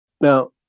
Now